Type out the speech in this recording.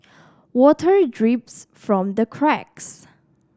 water drips from the cracks